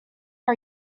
are